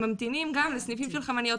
ממתינים גם לסניפים של "חמניות",